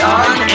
on